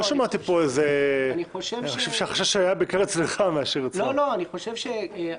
אני חושב שהחשש היה בעיקר אצלך ולא אצלם.